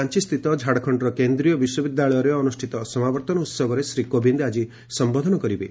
ରାଞ୍ଚସ୍ଥିତ ଝାଡ଼ଖଣ୍ଡର କେନ୍ଦ୍ରୀୟ ବିଶ୍ୱବିଦ୍ୟାଳୟରେ ଅନୁଷ୍ଠିତ ସମାବର୍ତ୍ତନ ଉହବରେ ଶ୍ରୀ କୋବିନ୍ଦ ଆଜି ସମ୍ବୋଧନ କରିବେ